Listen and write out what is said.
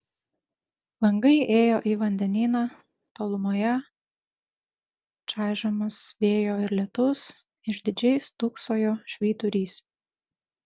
langai ėjo į vandenyną tolumoje čaižomas vėjo ir lietaus išdidžiai stūksojo švyturys